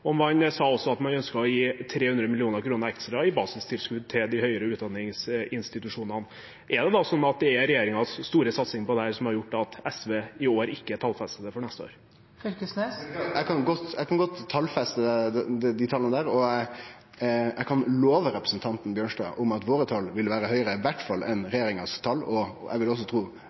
at man ønsket å gi 300 mill. kr ekstra i basistilskudd til de høyere utdanningsinstitusjonene. Er det da slik at det er regjeringens store satsing på dette som har gjort at SV i år ikke tallfester dette for neste år? Eg kan godt talfeste, og eg kan love representanten Bjørnstad at våre tal iallfall vil vere høgare enn regjeringas tal. Eg trur òg dei vil overstige tala i forliket mellom regjeringa og samarbeidspartia. Det er rett og